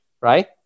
right